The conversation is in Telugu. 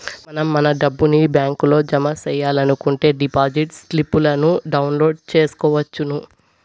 మనం మన డబ్బుని బ్యాంకులో జమ సెయ్యాలనుకుంటే డిపాజిట్ స్లిప్పులను డౌన్లోడ్ చేసుకొనవచ్చును